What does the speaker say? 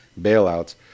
bailouts